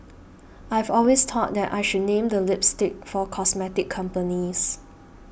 I've always thought that I should name the lipsticks for cosmetic companies